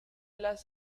las